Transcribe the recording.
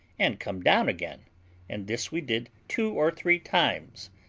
and come down again and this we did two or three times,